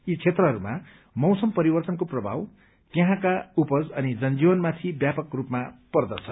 यी क्षेत्रहरूमा मौसम परिवर्तनको प्रभाव यहाँका उपज अनि जनजीवनमाथि व्यापक रूपमा पर्दछ